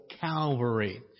Calvary